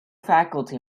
faculty